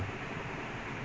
ya